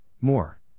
More